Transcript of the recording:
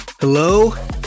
Hello